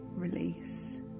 release